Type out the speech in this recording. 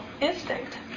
instinct